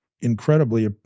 incredibly